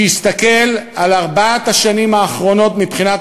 אבל הוא הסתכל על ארבע השנים האחרונות מבחינת